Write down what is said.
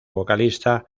vocalista